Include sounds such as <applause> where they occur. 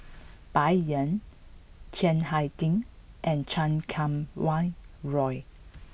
Bai Yan Chiang Hai Ding and Chan Kum Wah Roy <noise>